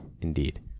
Indeed